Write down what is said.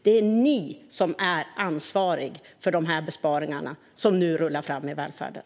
Det är ni som är ansvariga för de besparingar som nu rullar fram i välfärden.